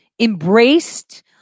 embraced